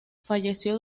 falleció